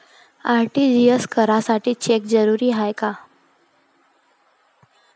RTGS करासाठी cheque जरुरीचा हाय काय?